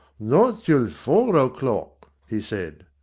not till four o'clock, he said.